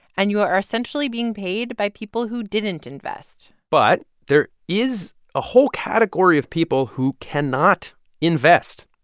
and you are are essentially being paid by people who didn't invest but there is a whole category of people who cannot invest,